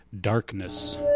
Darkness